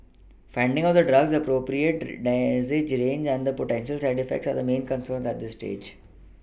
finding out the drug's appropriate dosage range and potential side effects are main concerns at this stage